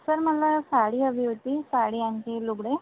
sir मला साडी हवी होती साडी आणखी लुगडं